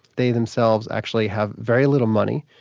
they themselves actually have very little money,